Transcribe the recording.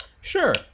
Sure